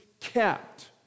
kept